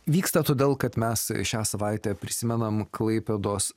vyksta todėl kad mes šią savaitę prisimenam klaipėdos